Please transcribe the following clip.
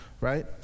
right